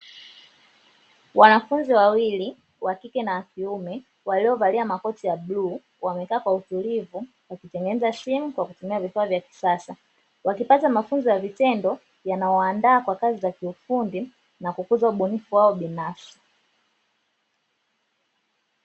Wanafunzi wawili wa kike na wa kiume waliovalia makoti ya bluu, wamekaa kwa utulivu wakitengeneza simu kwa kutumia vifaa vya kisasa, wakipata mafunzo ya vitendo yanayowaandaa kwa kazi za kiufundi na kukuza ubunifu wao binafsi.